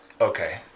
Okay